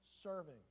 serving